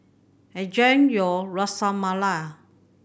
enjoy your Ras Malai